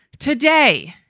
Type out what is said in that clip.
today.